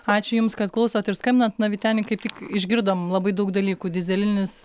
ačiū jums kad klausot ir skambinant na vyteni kaip tik išgirdom labai daug dalykų dyzelinis